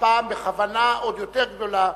והפעם בכוונה עוד יותר גדולה,